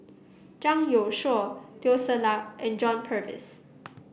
Zhang Youshuo Teo Ser Luck and John Purvis